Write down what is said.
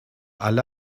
alle